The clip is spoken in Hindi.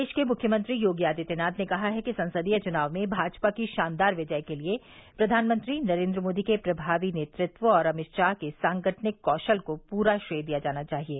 प्रदेश के मुख्यमंत्री योगी आदित्यनाथ ने कहा है कि संसदीय चुनाव में भाजपा की शानदार विजय के लिये प्रधानमंत्री नरेन्द्र मोदी के प्रभावी नेतृत्व और अमित शाह के सांगठनिक कौशल को पूरा श्रेय दिया जाना चाहिये